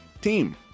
team